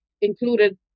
included